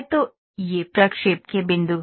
तो ये प्रक्षेप के बिंदु हैं